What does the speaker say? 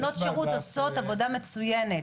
בנות שירות עושות עבודה מצוינת.